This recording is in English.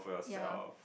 ya